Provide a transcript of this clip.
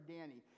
Danny